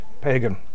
pagan